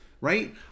Right